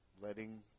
Letting